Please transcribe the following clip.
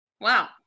wow